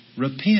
Repent